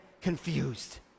confused